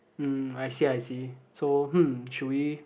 mm I see I see so hmm should we